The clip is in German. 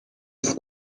ist